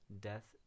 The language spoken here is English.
Death